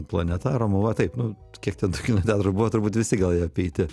planeta romuva taip nu kiek ten tų kino teatrų buvo turbūt visi gal ir apeiti